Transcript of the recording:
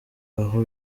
aho